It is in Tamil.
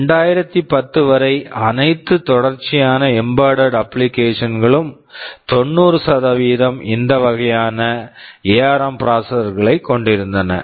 2010 வரை அனைத்து தொடர்ச்சியான எம்பெட்டட் embedded அப்ளிகேஷன் applications களும் 90 இந்த வகையான எஆர்ம் ARM ப்ராசெசர் processor களைக் கொண்டிருந்தன